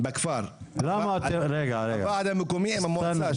בכפר, הוועד המקומי עם המועצה.